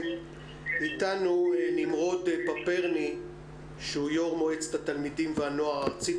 איתנו נמרוד פפרני שהוא יו"ר מועצת התלמידים והנוער הארצית.